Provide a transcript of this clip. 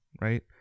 right